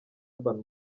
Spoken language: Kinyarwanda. urban